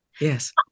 Yes